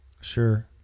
Sure